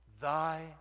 Thy